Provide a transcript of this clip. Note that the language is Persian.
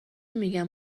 میگن